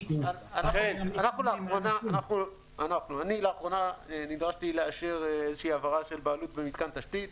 -- אני לאחרונה נדרשתי לאשר העברה של בעלות במתקן תשתית.